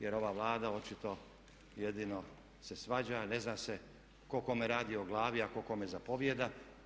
Jer ova Vlada očito jedino se svađa, ne zna se tko kome radi o glavi a tko kome zapovijeda.